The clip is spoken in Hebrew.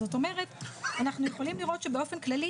זאת אומרת אנחנו יכולים לראות שבאופן כללי,